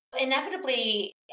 Inevitably